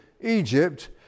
Egypt